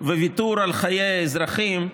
וויתור על חיי אזרחים,